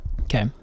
Okay